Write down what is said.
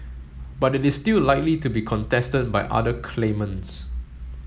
but it is still likely to be contested by other claimants